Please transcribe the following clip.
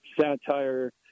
satire